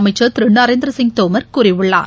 அமைச்சர் திரு நரேந்திர சிங் தோமர் கூறியுள்ளார்